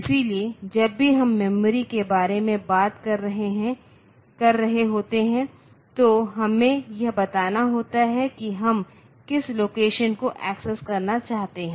इसलिए जब भी हम मेमोरी के बारे में बात कर रहे होते हैं तो हमें यह बताना होता है कि हम किस लोकेशन को एक्सेस करना चाहते हैं